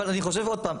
אבל אני חושב עוד פעם,